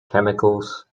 chemicals